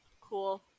cool